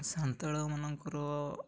ସାନ୍ତାଳ ମାନଙ୍କର